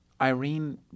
Irene